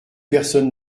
personne